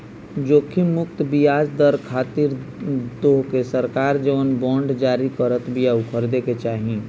जोखिम मुक्त बियाज दर खातिर तोहके सरकार जवन बांड जारी करत बिया उ खरीदे के चाही